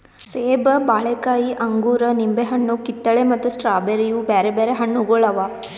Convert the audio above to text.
ಸೇಬ, ಬಾಳೆಕಾಯಿ, ಅಂಗೂರ, ನಿಂಬೆ ಹಣ್ಣು, ಕಿತ್ತಳೆ ಮತ್ತ ಸ್ಟ್ರಾಬೇರಿ ಇವು ಬ್ಯಾರೆ ಬ್ಯಾರೆ ಹಣ್ಣುಗೊಳ್ ಅವಾ